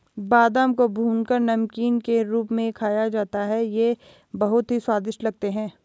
बादाम को भूनकर नमकीन के रूप में खाया जाता है ये बहुत ही स्वादिष्ट लगते हैं